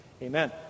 Amen